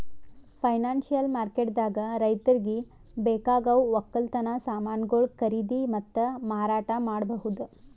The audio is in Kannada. ಫೈನಾನ್ಸಿಯಲ್ ಮಾರ್ಕೆಟ್ದಾಗ್ ರೈತರಿಗ್ ಬೇಕಾಗವ್ ವಕ್ಕಲತನ್ ಸಮಾನ್ಗೊಳು ಖರೀದಿ ಮತ್ತ್ ಮಾರಾಟ್ ಮಾಡ್ಬಹುದ್